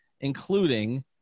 including